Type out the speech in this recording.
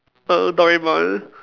err Doraemon